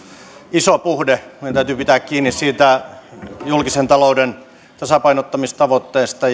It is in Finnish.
iso puhde meidän täytyy pitää kiinni julkisen talouden tasapainottamistavoitteesta